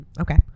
Okay